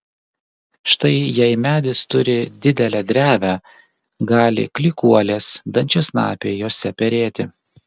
štai jei medis turi didelę drevę gali klykuolės dančiasnapiai jose perėti